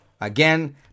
Again